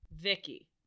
Vicky